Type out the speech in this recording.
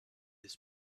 his